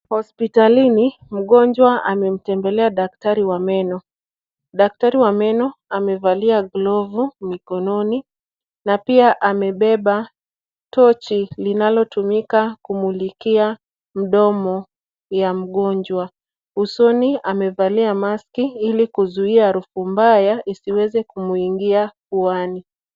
Hospitalini mgonjwa amemtembelea daktari wa meno, daktari wa meno amevalia glavu mikononi na pia amebeba tochi linalotumika kumulikia mdomo wa mgonjwa usoni amevalia masiki ili kuzuia harufu mbaya isiweze kumingia puani.